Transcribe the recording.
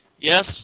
Yes